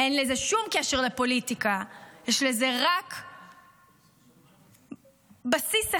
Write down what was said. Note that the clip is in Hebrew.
אין לזה שום קשר לפוליטיקה, יש לזה רק בסיס אחד: